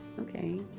Okay